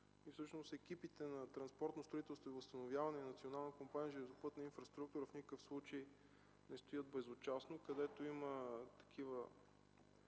и всъщност екипите на „Транспортно строителство и възстановяване” на Национална компания „Железопътна инфраструктура” в никакъв случай не стоят безучастно. Където имаше такива